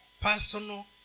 personal